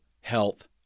health